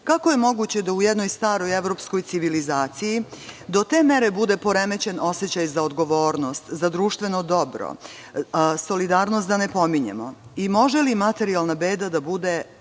Kako je moguće da u jednoj staroj evropskoj civilizaciji bude poremećen osećaj za odgovornost, za društveno dobro, solidarnost da ne pominjemo, može li materijalna beda da bude